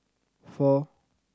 four